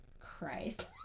christ